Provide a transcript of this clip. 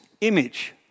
image